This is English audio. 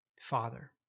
Father